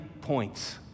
points